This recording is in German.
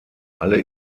alle